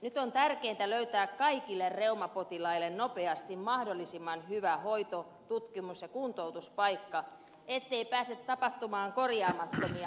nyt on tärkeintä löytää kaikille reumapotilaille nopeasti mahdollisimman hyvä hoito tutkimus ja kuntoutuspaikka ettei pääse tapahtumaan korjaamattomia vahinkoja